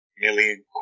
million